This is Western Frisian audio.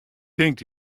tink